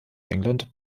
england